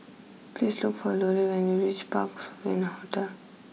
please look for Lollie when you reach Parc Sovereign Hotel